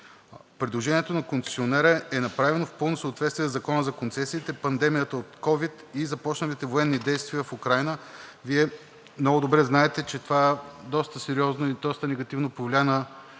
Предложението на концесионера е направено в пълно съответствие със Закона за концесиите, пандемията от ковид и започналите военни действия в Украйна. Вие много добре знаете, че това доста сериозно и доста негативно повлия на